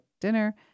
dinner